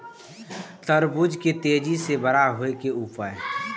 तरबूज के तेजी से बड़ा होय के उपाय?